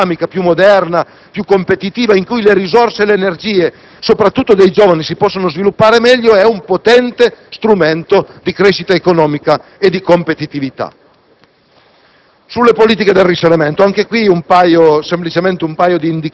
riforme che non costano, capaci di rendere la società italiana più dinamica, più moderna e competitiva, in cui le risorse e le energie, soprattutto dei giovani, si possano sviluppare meglio, sono un potente strumento di crescita economica e di competitività.